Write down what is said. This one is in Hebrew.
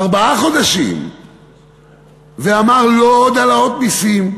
ארבעה חודשים, ואמר: לא עוד העלאת מסים,